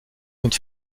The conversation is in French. une